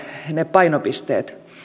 painopisteet